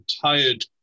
tired